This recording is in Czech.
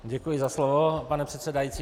Děkuji za slovo, pane předsedající.